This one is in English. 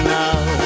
now